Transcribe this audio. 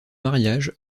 mariage